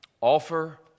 offer